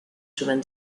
chemin